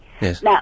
Yes